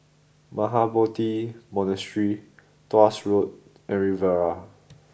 Mahabodhi Monastery Tuas Road and Riviera